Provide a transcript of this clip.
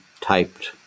typed